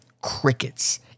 crickets